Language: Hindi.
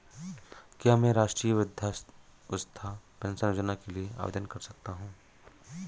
क्या मैं राष्ट्रीय वृद्धावस्था पेंशन योजना के लिए आवेदन कर सकता हूँ?